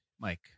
Mike